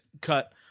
cut